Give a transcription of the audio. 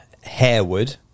Harewood